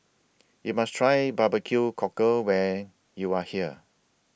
YOU must Try Barbecue Cockle when YOU Are here